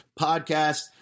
podcast